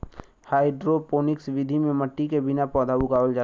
hydroponics विधि में मट्टी के बिना पौधा उगावल जाला